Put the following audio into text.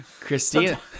Christina